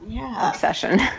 obsession